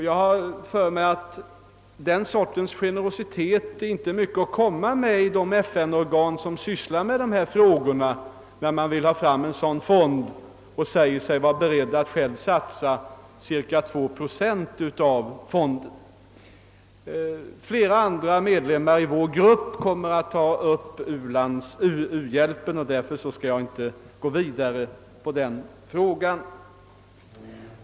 Jag har den erfarenheten att den sortens generositet inte är mycket att komma med i de olika FN-organ som sysslar med dessa frågor, en generositet som tar sig uttryck i att man själv vill satsa ca två procent till den fond man tar initiativ till. Flera andra i vår grupp kommer att ta upp frågan om u-hjälpen, och därför skall jag inte vidare uppehålla mig vid den.